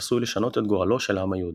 שעשוי לשנות את גורלו של העם היהודי.